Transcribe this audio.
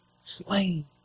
slain